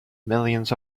millions